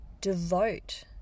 devote